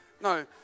no